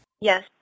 Yes